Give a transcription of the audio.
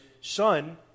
son